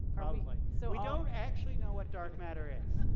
probably. like so we don't actually know what dark matter is.